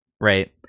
right